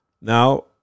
Now